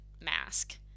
mask